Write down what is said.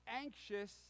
anxious